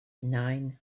nine